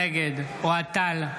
נגד אוהד טל,